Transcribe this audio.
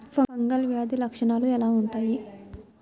Fungal వ్యాధి లక్షనాలు ఎలా వుంటాయి?